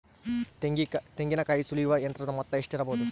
ತೆಂಗಿನಕಾಯಿ ಸುಲಿಯುವ ಯಂತ್ರದ ಮೊತ್ತ ಎಷ್ಟಿರಬಹುದು?